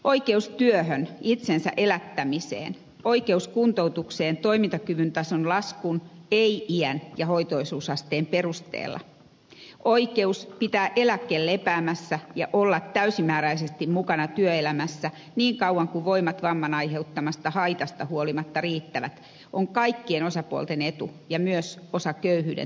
oikeus työhön itsensä elättämiseen oikeus kuntoutukseen toimintakyvyn tason laskun ei iän ja hoitoisuusasteen perusteella oikeus pitää eläke lepäämässä ja olla täysimääräisesti mukana työelämässä niin kauan kuin voimat vamman aiheuttamasta haitasta huolimatta riittävät on kaikkien osapuolten etu ja myös osa köyhyyden torjuntaa